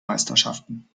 meisterschaften